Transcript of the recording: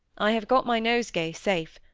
i have got my nosegay safe.